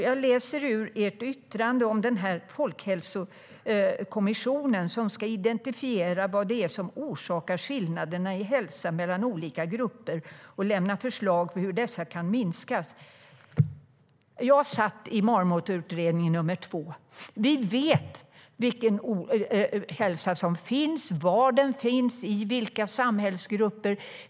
Jag läser i ert yttrande om folkhälsokommissionen som ska identifiera vad det är som orsakar skillnaderna i hälsa mellan olika grupper och lämna förslag på hur dessa kan minskas. Jag satt i Marmotutredningen nr 2. Vi vet vilken ohälsa som finns, var den finns och i vilka samhällsgrupper den finns.